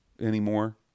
anymore